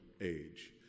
age